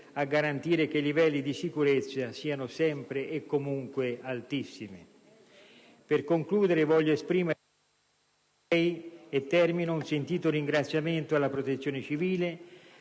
a garantire livelli di sicurezza sempre e comunque altissimi. Per concludere, voglio esprimere un sentito ringraziamento alla Protezione civile,